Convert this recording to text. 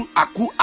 aku